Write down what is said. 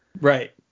Right